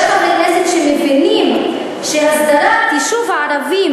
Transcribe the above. יש חברי כנסת שמבינים שהסדרת יישוב הערבים